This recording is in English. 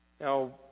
Now